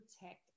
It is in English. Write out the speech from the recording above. protect